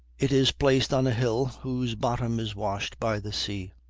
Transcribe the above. it is placed on a hill whose bottom is washed by the sea,